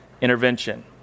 intervention